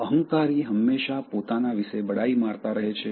અહંકારી હંમેશાં પોતાના વિશે બડાઈ મારતા રહે છે